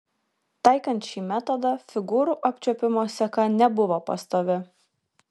taikant šį metodą figūrų apčiuopimo seka nebuvo pastovi